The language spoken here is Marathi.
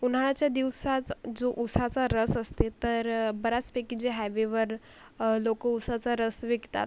उन्हाळ्याच्या दिवसात जो ऊसाचा रस असते तर बऱ्याचपैकी जे हायवेवर लोक ऊसाचा रस विकतात